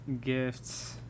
gifts